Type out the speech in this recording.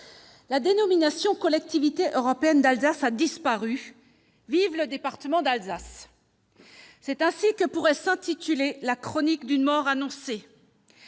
La dénomination " Collectivité européenne d'Alsace " a disparu ; vive le département d'Alsace !» C'est ainsi que pourrait s'intituler la chronique d'une mort annoncée.